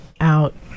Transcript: out